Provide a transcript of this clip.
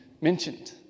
mentioned